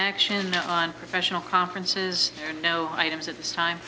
action on professional conferences and no items at this time